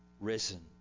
Risen